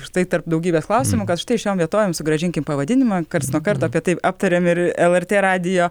štai tarp daugybės klausimų kad štai šiom vietovėm sugrąžinkim pavadinimą karts nuo karto apie tai aptariam ir lrt radijo